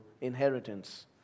inheritance